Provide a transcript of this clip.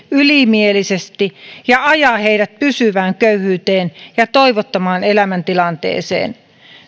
ylimielisesti ja ajaa heidät pysyvään köyhyyteen ja toivottomaan elämäntilanteeseen